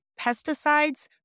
pesticides